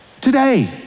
Today